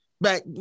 back